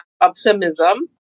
optimism